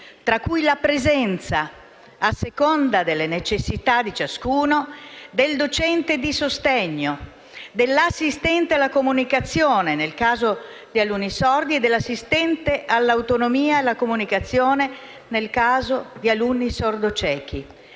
tra cui la presenza, a seconda delle necessità di ciascuno, del docente di sostegno, dell'assistente alla comunicazione - nel caso di alunni sordi - e dell'assistente all'autonomia e alla comunicazione - nel caso di alunni sordociechi